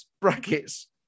brackets